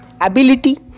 ability